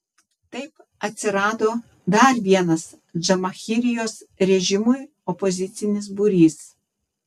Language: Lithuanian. taip atsirado dar vienas džamahirijos režimui opozicinis būrys